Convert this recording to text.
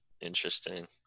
interesting